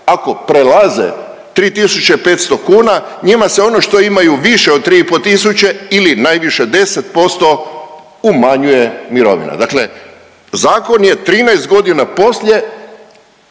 ako prelaze 3.500 kuna njima se ono što imaju više od 3 i po tisuće ili najviše 10% umanjuje mirovina. Dakle, zakon je 13 godina poslije